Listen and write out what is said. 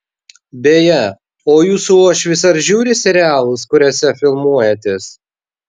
beje o jūsų uošvis ar žiūri serialus kuriose filmuojatės